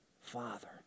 father